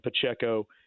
Pacheco